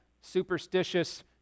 superstitious